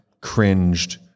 cringed